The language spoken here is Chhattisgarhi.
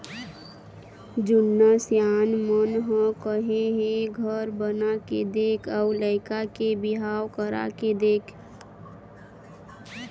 जुन्ना सियान मन ह कहे हे घर बनाके देख अउ लइका के बिहाव करके देख